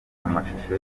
amashusho